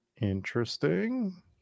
Interesting